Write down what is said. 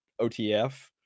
OTF